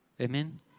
Amen